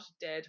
dead